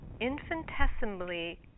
infinitesimally